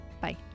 bye